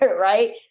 Right